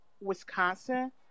Wisconsin